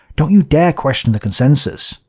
don't you dare question the consensus.